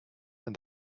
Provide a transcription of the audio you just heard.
and